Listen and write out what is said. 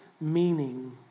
meaning